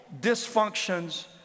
dysfunctions